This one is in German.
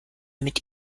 mit